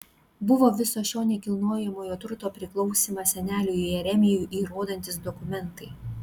buvo viso šio nekilnojamojo turto priklausymą seneliui jeremijui įrodantys dokumentai